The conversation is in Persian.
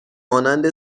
مانند